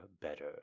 better